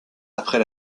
après